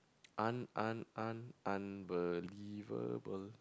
un~ un~ un~ unbelievable